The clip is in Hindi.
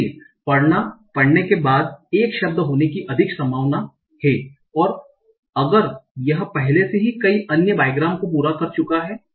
इसलिए पढ़ना पढ़ने के बाद एक शब्द होने की अधिक संभावना है अगर यह पहले से ही कई अन्य बाइग्राम्स को पूरा कर चुका है